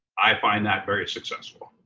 i find that very successful.